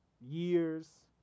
years